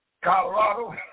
Colorado